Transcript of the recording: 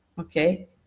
okay